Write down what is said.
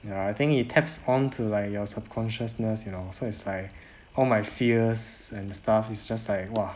ya I think it taps on to like your subconsciousness you know so is like all my fears and stuff is just like !wah!